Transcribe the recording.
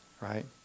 right